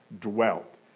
dwelt